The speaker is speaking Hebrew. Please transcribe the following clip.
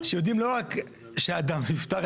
שיודעים לא רק שאדם נפטר,